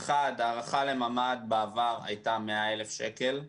אחד, הערכה לממ"ד בעבר הייתה 100,000 שקל.